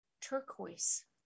turquoise